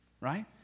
right